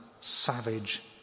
savage